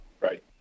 Right